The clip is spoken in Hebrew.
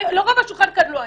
ולרוב השולחן כאן לא היה.